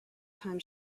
time